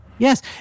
Yes